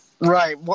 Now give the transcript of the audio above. Right